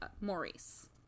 Maurice